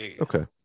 Okay